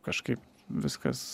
kažkaip viskas